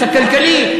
הכלכלי,